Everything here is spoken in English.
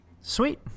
Sweet